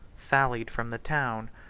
sallied from the town,